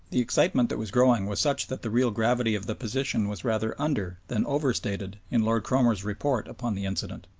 the excitement that was growing was such that the real gravity of the position was rather under than over-stated in lord cromer's report upon the incident.